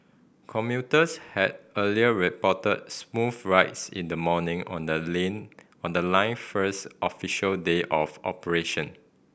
commuters had earlier reported smooth rides in the morning on the on the line's first official day of operation